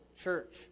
church